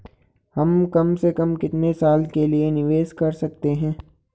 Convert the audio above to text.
हम कम से कम कितने साल के लिए निवेश कर सकते हैं?